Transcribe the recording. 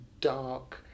dark